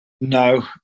no